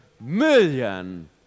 million